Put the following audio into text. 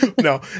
No